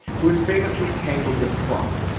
who is famously tangled with trump.